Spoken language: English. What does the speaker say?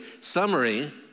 summary